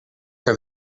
que